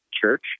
Church